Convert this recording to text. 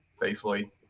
faithfully